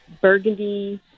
burgundy